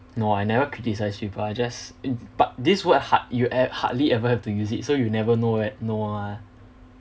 no I never criticise people I just I but this word hard~ you ev~ hardly ever have to use it so you never know wh~ ah